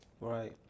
Right